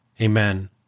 Amen